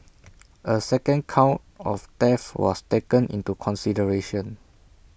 A second count of theft was taken into consideration